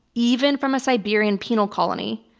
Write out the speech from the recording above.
even from a siberian penal colony.